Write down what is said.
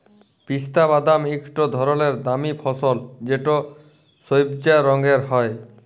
পিস্তা বাদাম ইকট ধরলের দামি ফসল যেট সইবজা রঙের হ্যয়